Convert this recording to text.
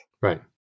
Right